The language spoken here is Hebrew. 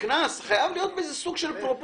הקנס חייב להיות באיזו פרופורציה.